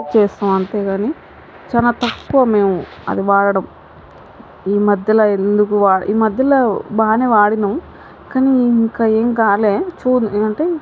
చేస్తాము అంతేగానీ చాలా తక్కువ మేము అది వాడడం ఈ మధ్యలో ఎందుకు వాడ ఈ మధ్యలో బాగానే వాడినాము కానీ ఇంకా ఏం కాలే చూ అంటే